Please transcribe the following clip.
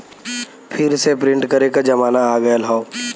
फिर से प्रिंट करे क जमाना आ गयल हौ